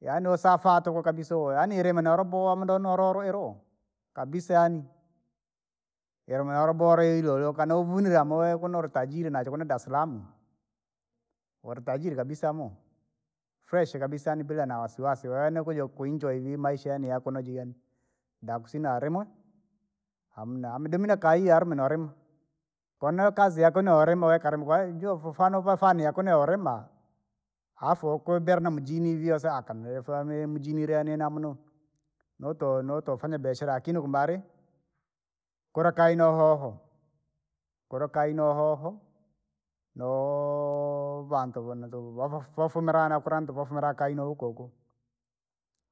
Yaani usafa tuku kabisa uwe yaani ilime norabowa muda nololoelo, kabisa yaani, ileyan yabowa liililyokana uvunele amawe kuno uritajiri najo kuno daslamu. Woritajiri kabisa moo, bila na wasiwasi wene kuja kuinjoi vii maisha yaani yakuno jii yaani, dakusina arima, hamuna aminidimile kahiya arume nolima. Koone kazi yako nolima we kalime kwajie ufufana uva fane yakuno yaulima, afu ukubela na mujini viosa akamrefu yamimi mjini lea nina amuno. noto notofanya biashara lakini kumbali, kula kai nohoho, kula kai nohoho! Voo- vantu vana tuku vava vafumila nakula ndu vafumila kai noukohuko.